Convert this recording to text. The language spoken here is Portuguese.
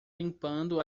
limpando